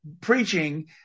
preaching